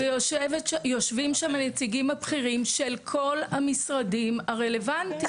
ויושבים שם נציגים הבכירים של כל המשרדים הרלבנטיים,